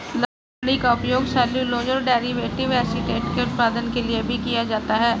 लकड़ी का उपयोग सेल्यूलोज और डेरिवेटिव एसीटेट के उत्पादन के लिए भी किया जाता है